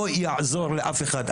לא יעזור לאף אחד.